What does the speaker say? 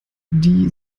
die